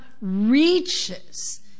reaches